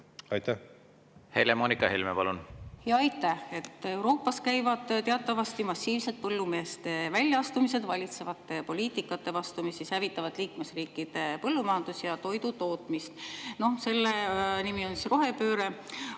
palun! Helle-Moonika Helme, palun! Aitäh! Euroopas käivad teatavasti massiivsed põllumeeste väljaastumised valitsevate poliitikate vastu, mis hävitavad liikmesriikide põllumajandust ja toidutootmist. Selle nimi on rohepööre.